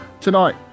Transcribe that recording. Tonight